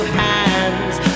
hands